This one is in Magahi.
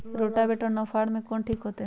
रोटावेटर और नौ फ़ार में कौन ठीक होतै?